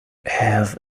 have